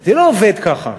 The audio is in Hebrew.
זה לא עובד ככה.